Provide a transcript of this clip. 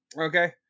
okay